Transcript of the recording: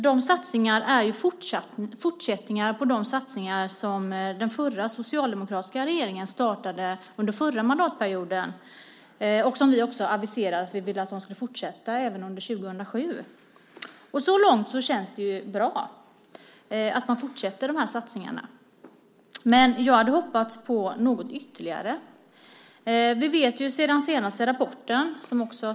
Dessa är ju fortsättningar på satsningar som den förra socialdemokratiska regeringen startade under förra mandatperioden. Vi aviserade också att vi ville att de skulle fortsätta även under 2007. Man fortsätter alltså dessa satsningar, och så långt känns det bra. Jag hade dock hoppats på något ytterligare.